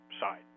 side